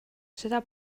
seda